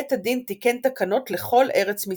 בית הדין תיקן תקנות לכל ארץ מצרים.